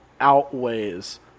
outweighs